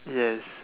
yes